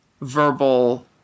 verbal